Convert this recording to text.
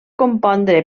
compondre